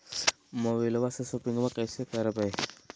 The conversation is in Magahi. मोबाइलबा से शोपिंग्बा कैसे करबै?